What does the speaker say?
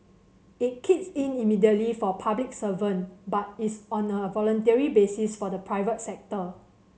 it kicks in immediately for public servant but is on a voluntary basis for the private sector